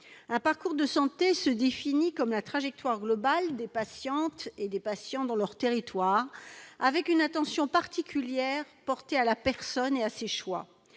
Un parcours de santé se définit comme la trajectoire globale des patients dans leur territoire, une attention particulière étant portée à la personne et à ses choix.